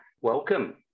welcome